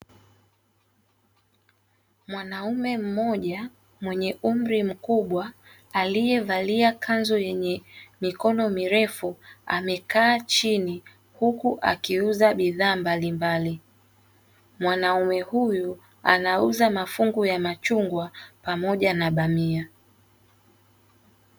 Mwanaume mmoja mwenye umri mkubwa aliyevalia kanzu yenye mikono mirefu, amekaa chini huku akiuza bidhaa mbalimbali, mwanaume huyu anauza mafungu ya machungwa pamoja na bamia.